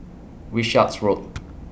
Wishart's Road